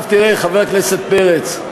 עכשיו תראה, חבר הכנסת פרץ,